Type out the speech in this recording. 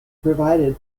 provided